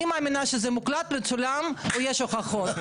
אני מאמינה שזה מוקלט ומצולם ויש הוכחות.